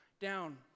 down